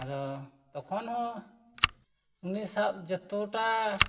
ᱟᱫᱚ ᱛᱚᱠᱷᱚᱱ ᱦᱚᱸ ᱩᱱᱤ ᱥᱟᱵᱽ ᱡᱚᱛᱚᱴᱟ